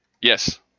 Yes